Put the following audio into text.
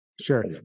Sure